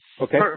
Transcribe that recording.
okay